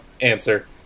answer